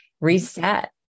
reset